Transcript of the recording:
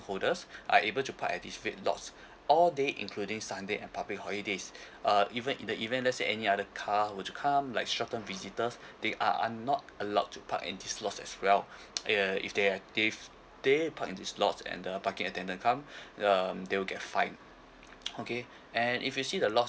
holders are able to park at this red lots all day including sunday and public holidays uh even in the event let say any other car were to come like shorten visitors they uh are not allowed to park in this lots as well uh if they have they've they parks in this lots and the parking attendant come um they will get fine okay and if you see the lots